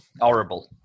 horrible